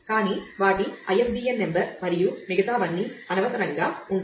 కానీ వాటి ISBN number మరియు మిగతావన్నీ అనవసరంగా ఉంటాయి